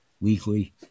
weekly